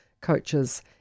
coaches